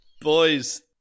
Boys